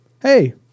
hey